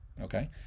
okay